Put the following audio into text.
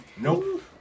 Nope